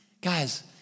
Guys